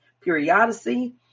periodicity